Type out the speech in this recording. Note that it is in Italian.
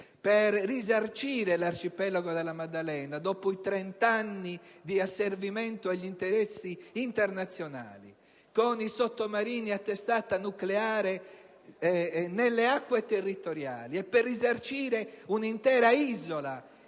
per risarcire l'Arcipelago della Maddalena per i trent'anni di asservimento agli interessi internazionali, con i sottomarini a testata nucleare nelle acque territoriali, e un'intera isola